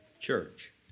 church